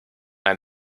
ein